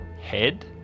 head